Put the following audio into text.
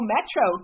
Metro